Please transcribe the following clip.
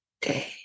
day